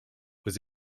was